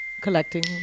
collecting